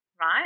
right